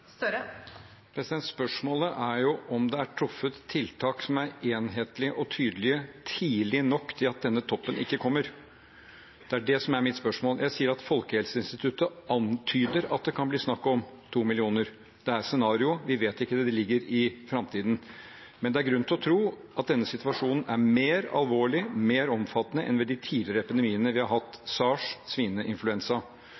Spørsmålet er jo om det er truffet tiltak som er enhetlige og tydelige, tidlig nok til at denne toppen ikke kommer. Det er det som er mitt spørsmål. Jeg sier at Folkehelseinstituttet antyder at det kan bli snakk om to millioner. Det er et scenario – vi vet ikke, det ligger i framtiden. Men det er grunn til å tro at denne situasjonen er mer alvorlig og mer omfattende enn ved de tidligere epidemiene vi har